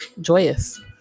joyous